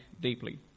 deeply